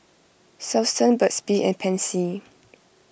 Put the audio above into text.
Selsun Burt's Bee and Pansy